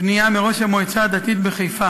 פנייה מראש המועצה הדתית בחיפה,